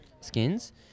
skins